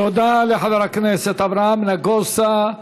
תודה לחבר הכנסת אברהם נגוסה.